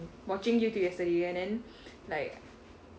watching youtube yesterday and then like